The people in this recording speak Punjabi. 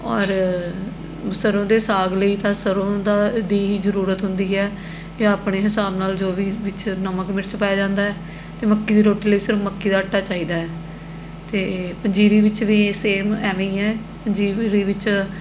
ਔਰ ਸਰ੍ਹੋਂ ਦੇ ਸਾਗ ਲਈ ਤਾਂ ਸਰ੍ਹੋਂ ਦਾ ਦੀ ਹੀ ਜ਼ਰੂਰਤ ਹੁੰਦੀ ਹੈ ਜਾਂ ਆਪਣੇ ਹਿਸਾਬ ਨਾਲ ਜੋ ਵੀ ਵਿੱਚ ਨਮਕ ਮਿਰਚ ਪਾਇਆ ਜਾਂਦਾ ਹੈ ਅਤੇ ਮੱਕੀ ਦੀ ਰੋਟੀ ਲਈ ਸਿਰਫ ਮੱਕੀ ਦਾ ਆਟਾ ਚਾਹੀਦਾ ਹੈ ਅਤੇ ਪੰਜੀਰੀ ਵਿੱਚ ਵੀ ਸੇਮ ਐਵੇਂ ਹੀ ਹੈ ਪੰਜੀਰੀ ਵਿੱਚ